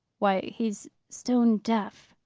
why, he's stone deaf,